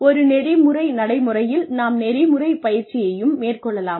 ஒரு நெறிமுறை நடைமுறையில் நாம் நெறிமுறை பயிற்சியையும் மேற்கொள்ளலாம்